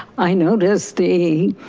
i noticed the